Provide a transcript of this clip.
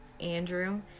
Andrew